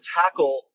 tackle